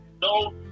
No